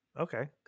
Okay